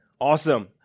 Awesome